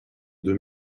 deux